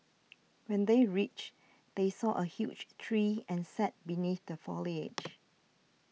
when they reached they saw a huge tree and sat beneath the foliage